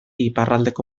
iparraldeko